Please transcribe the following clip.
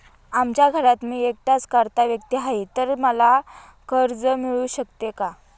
आमच्या घरात मी एकटाच कर्ता व्यक्ती आहे, तर मला कर्ज मिळू शकते का?